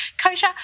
kosher